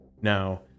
Now